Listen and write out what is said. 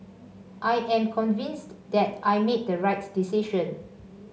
I am convinced that I made the right decision